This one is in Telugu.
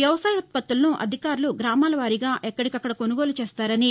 వ్యవసాయ ఉత్పత్తులను అధికారులు గ్రామాల వారీగా ఎక్కడికక్కడ కొనుగోలు చేస్తారని